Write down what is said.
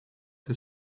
his